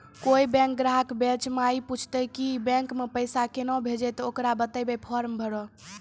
कोय बैंक ग्राहक बेंच माई पुछते की बैंक मे पेसा केना भेजेते ते ओकरा बताइबै फॉर्म भरो